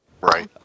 Right